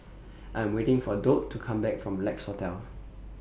I 'm waiting For Dot to Come Back from Lex Hotel